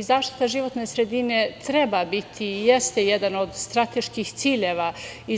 Zaštita životne sredine treba biti i jeste jedan od strateških ciljeva i